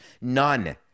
None